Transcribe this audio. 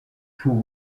sous